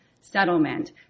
settlement